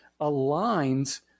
aligns